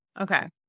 Okay